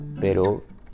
pero